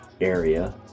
area